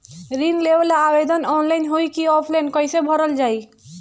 ऋण लेवेला आवेदन ऑनलाइन होई की ऑफलाइन कइसे भरल जाई?